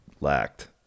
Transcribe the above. lacked